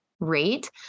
rate